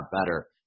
better